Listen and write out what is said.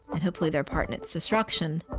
and hopefully, they're part in its destruction,